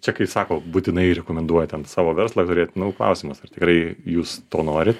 čia kai sako būtinai rekomenduoja ten savo verslą turėt nu klausimas ar tikrai jūs to norit